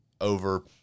over